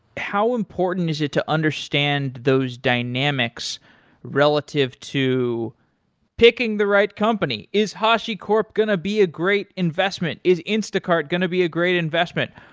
how important is it to understand those dynamics relative to picking the right company, is hashicorp going to be a great investment? is instacart going to be a great investment?